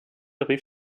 rief